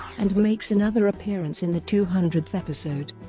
and makes another appearance in the two hundredth episode.